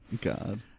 God